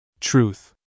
Truth